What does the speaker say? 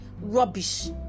rubbish